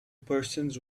persons